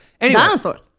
Dinosaurs